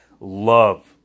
love